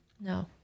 no